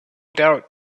doubt